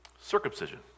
Circumcision